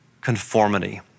conformity